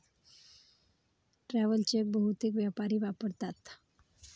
travel cheque बहुतेक व्यापारी वापरतात